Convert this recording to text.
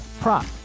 prop